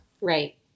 Right